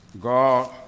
God